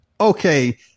Okay